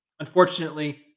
Unfortunately